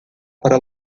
para